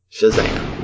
Shazam